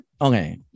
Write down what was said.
Okay